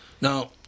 Now